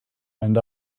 end